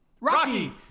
Rocky